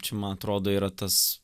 čia man atrodo yra tas